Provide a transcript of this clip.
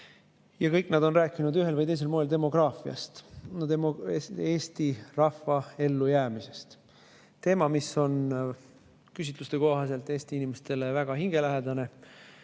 ja kõik nad on rääkinud ühel või teisel moel demograafiast, eesti rahva ellujäämisest. Teema, mis on küsitluste kohaselt eesti inimestele väga hingelähedane,